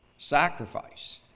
Sacrifice